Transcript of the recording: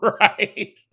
Right